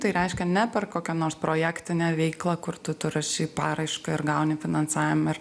tai reiškia ne per kokią nors projektinę veiklą kur tu rašai paraišką ir gauni finansavimą ir